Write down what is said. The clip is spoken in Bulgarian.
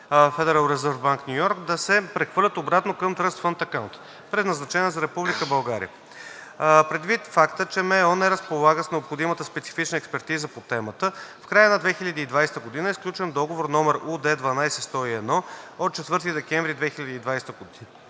на МО във FRB/NY, да се прехвърлят обратно към Trust Fund Account – предназначена за Република България. Предвид факта, че МО не разполага с необходимата специфична експертиза по темата, в края на 2020 г. е сключен договор № УД-12-101 от 4 декември 2020 г.